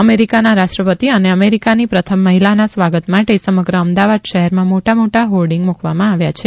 અમેરિકાના રાષ્ટ્રપતિ અને અમેરિકાની પ્રથમ મહિલાના સ્વાગત માટે સમગ્ર અમદાવાદ શહેરમાં મોટા મોટા હોર્ડિંગ મુકવામાં આવ્યા છે